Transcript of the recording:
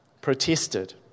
protested